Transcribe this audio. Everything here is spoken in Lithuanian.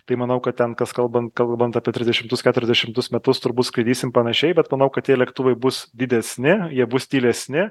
tai manau kad ten kas kalbant kalbant apie trisdešimtus keturiasdešimtus metus turbūt skraidysim panašiai bet manau kad tie lėktuvai bus didesni jie bus tylesni